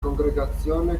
congregazione